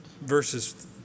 verses